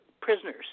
prisoners